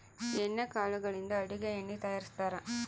ಎಣ್ಣೆ ಕಾಳುಗಳಿಂದ ಅಡುಗೆ ಎಣ್ಣೆ ತಯಾರಿಸ್ತಾರಾ